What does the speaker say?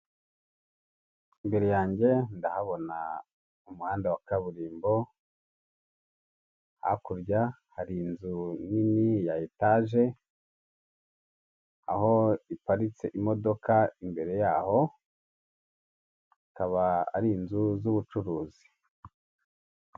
Imbere yanjye ndahabona umuhanda wa kaburimbo, hakurya hari inzu nini ya etaje aho iparitse imodoka imbere yaho, ikaba ari inzu z'ubucuruzi.